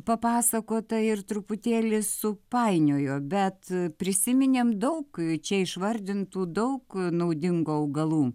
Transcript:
papasakota ir truputėlį supainiojo bet prisiminėm daug čia išvardintų daug naudingų augalų